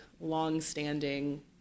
long-standing